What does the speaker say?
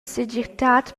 segirtad